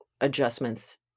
adjustments